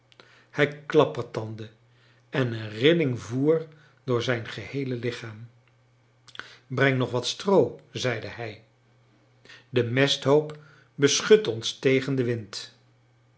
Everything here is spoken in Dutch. hij klappertandde en eene rilling voer door zijn geheele lichaam breng nog wat stroo zeide hij de mesthoop beschut ons tegen den wind